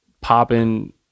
popping